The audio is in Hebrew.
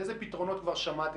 איזה פתרונות כבר שמעתם?